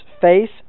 face